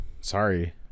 sorry